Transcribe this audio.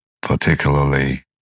particularly